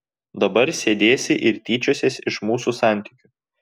dabar sėdėsi ir tyčiosies iš mūsų santykių